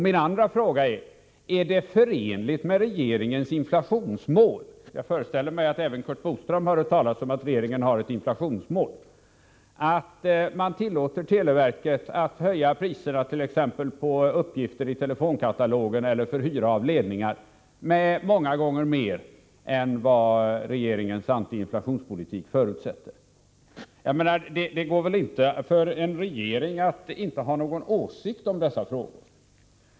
Min andra fråga lyder: Är det förenligt med regeringens inflationsmål — jag föreställer mig att även Curt Boström har hört talas om att regeringen har ett inflationsmål — att tillåta televerket att höja priserna på t.ex. uppgifter i telefonkatalogen eller för hyra av ledningar med mycket mer än vad regeringens anti-inflationspolitik förutsätter? En regering kan väl inte vara utan åsikt i sådana frågor.